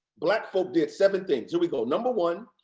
black folk did seven things. here we go. number one,